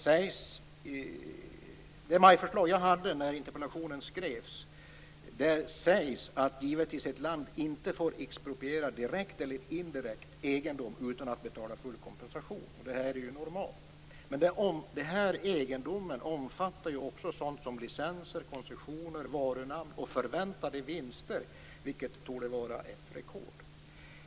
I det MAI-förslag jag hade när interpellationen skrevs sägs att ett land givetvis inte får expropriera direkt eller indirekt egendom utan att betala full kompensation. Det är ju normalt. Men den här egendomen omfattar ju också sådant som licenser, koncessioner, varunamn och förväntade vinster, vilket torde vara ett rekord.